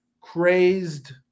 crazed